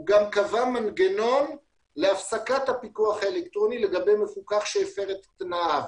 הוא גם קבע מנגנון להפסקת הפיקוח האלקטרוני לגבי מפוקח שהפר את תנאיו